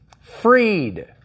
Freed